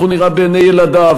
איך הוא נראה בעיני ילדיו,